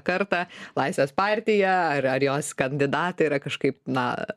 kartą laisvės partija ar jos kandidatai yra kažkaip na